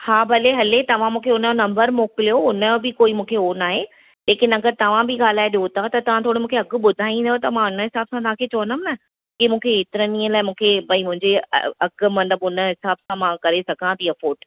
हा भले हले तव्हां मूंखे हुनजो नंबर मोकिलियो हुनजो बि कोई मूंखे उहो न आहे लेकिन अगरि तव्हां बि ॻाल्हाए ॾियो था त तव्हां थोरो मूंखे अघु ॿुधाईंदो त मां हुनजे हिसाब सां तव्हांखे चवंदमि ना कि मूंखे हेतिरनि ॾींहंनि लाइ मूंखे भई मुंहिंजे अघु मन उन हिसाब सां मां करे सघां थी अफोर्ड